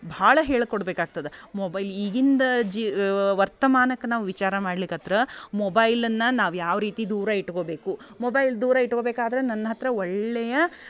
ಭಾಳ ಹೇಳ್ಕೊಡ್ಬೇಕಾಗ್ತದ ಮೊಬೈಲ್ ಈಗಿಂದ ಜೀ ವರ್ತಮಾನಕ್ಕೆ ನಾವು ವಿಚಾರ ಮಾಡ್ಲಿಕತ್ರ ಮೊಬೈಲನ್ನು ನಾವು ಯಾವ ರೀತಿ ದೂರ ಇಟ್ಕೋಬೇಕು ಮೊಬೈಲ್ ದೂರ ಇಟ್ಕೋಬೇಕಾದರೆ ನನ್ನ ಹತ್ತಿರ ಒಳ್ಳೆಯ